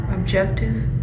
Objective